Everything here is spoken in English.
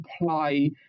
apply